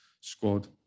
squad